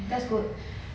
that's good